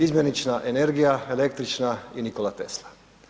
Izmjenična energija, električna i Nikola Tesla.